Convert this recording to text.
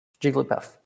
jigglypuff